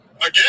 Again